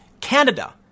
Canada